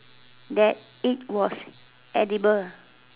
that it was edible